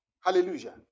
Hallelujah